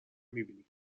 میبینی